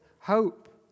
hope